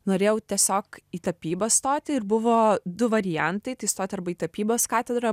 norėjau tiesiog į tapybą stoti ir buvo du variantai tai stot arba į tapybos katedrą